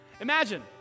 Imagine